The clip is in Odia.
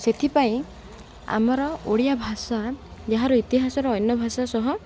ସେଥିପାଇଁ ଆମର ଓଡ଼ିଆ ଭାଷା ଯାହାର ଇତିହାସର ଅନ୍ୟ ଭାଷା ସହ